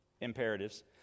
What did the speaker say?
imperatives